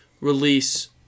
release